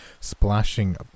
splashing